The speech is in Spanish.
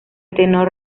tenor